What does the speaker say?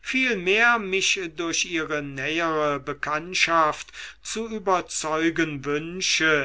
vielmehr mich durch ihre nähere bekanntschaft zu überzeugen wünsche